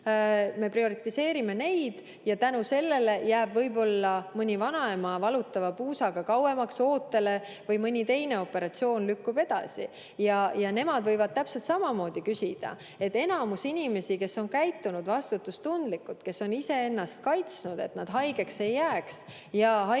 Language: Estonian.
Me prioritiseerime neid ja seetõttu jääb mõni vanaema valutava puusaga kauemaks ootele või mõni teine operatsioon lükkub edasi. Ja nemad võivad täpselt sama küsimuse küsida. Enamus inimesi, kes on käitunud vastutustundlikult, kes on iseennast kaitsnud, et nad haigeks ei jääks ja